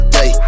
Day